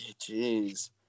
Jeez